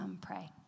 pray